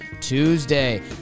Tuesday